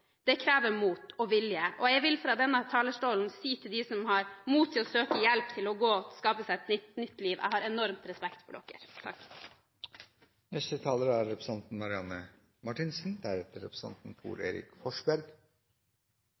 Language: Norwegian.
Det krever mot og vilje. Jeg vil fra denne talerstolen si til dem som har mot til å søke hjelp til å gå og skape seg et nytt liv: Jeg har enorm respekt for dere.